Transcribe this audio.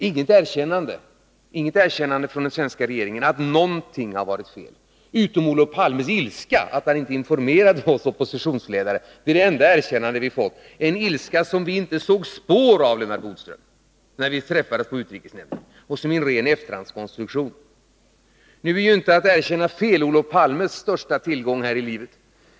Den svenska regeringen erkänner inte att den har gjort något fel. Olof Palme har nu visserligen visat ilska över att vi inte blev informerade, men det är också det enda erkännande vi fått. Det är en ilska som vi inte såg ett spår av, Lennart Bodström, när vi träffades på utrikesnämnden. Den är en ren efterhandskonstruktion. Nu är ju inte att erkänna fel Olof Palmes största tillgång här i livet.